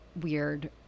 weird